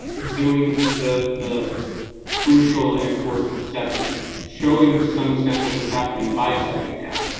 doing the the crucial and important step of showing showing to some extent what was happening by stepping down,